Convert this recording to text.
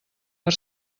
per